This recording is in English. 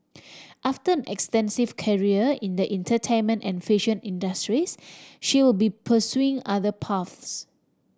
after an extensive career in the entertainment and fashion industries she will be pursuing other paths